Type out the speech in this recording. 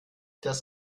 das